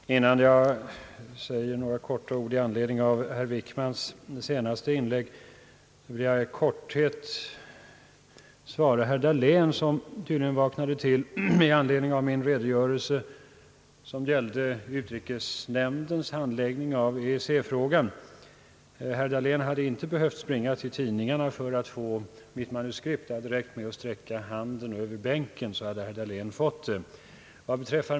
Herr talman! Innan jag säger några ord med anledning av herr Wickmans senaste inlägg vill jag i korthet svara herr Dahlén som tydligen vaknade till vid min redogörelse för utrikesnämndens handläggning av EEC-frågan. Herr Dahlén hade inte behövt springa till tidningarna för att få mitt manuskript. Det hade räckt med att sträcka handen över bänken, så hade herr Dahlén fått det.